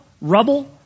rubble